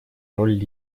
роль